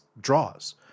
draws